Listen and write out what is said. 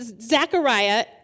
Zechariah